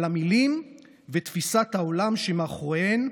אבל המילים ותפיסת העולם שמאחוריהן,